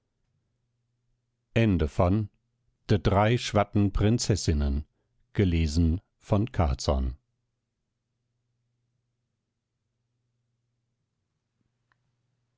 drei prinzessinnen und